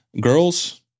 girls